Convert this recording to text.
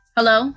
Hello